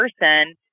person